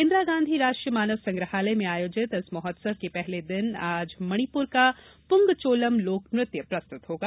इंदिरा गांधी राष्ट्रीय मानव संग्रहालय में आयोजित इस महोत्सव के पहले दिन आज मणिपुर का पुंगचोलम लोकनृत्य प्रस्तुत होगा